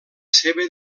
seva